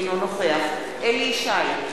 אינו נוכח אליהו ישי,